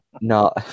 no